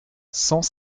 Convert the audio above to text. cent